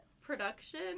production